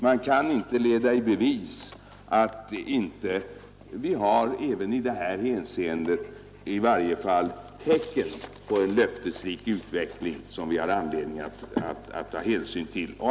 Man kan inte leda i bevis att det inte även i detta hänseende i varje fall finns tecken på en löftesrik utveckling, som vi har anledning att ta hänsyn till.